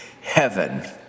heaven